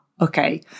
okay